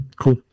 cool